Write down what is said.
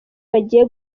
bagiye